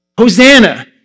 Hosanna